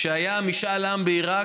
כשהיה משאל עם בעיראק,